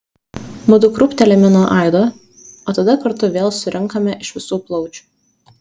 mudu krūptelime nuo aido o tada kartu vėl surinkame iš visų plaučių